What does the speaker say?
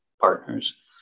partners